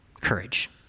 Courage